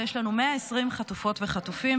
ויש לנו 120 חטופות וחטופים.